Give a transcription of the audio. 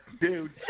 dude